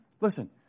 Listen